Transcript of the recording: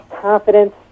confidence